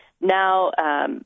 Now